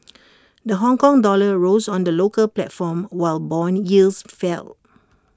the Hongkong dollar rose on the local platform while Bond yields fell